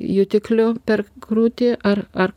jutikliu per krūtį ar ar